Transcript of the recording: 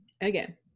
again